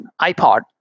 iPod